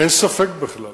אין ספק בכלל